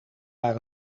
maar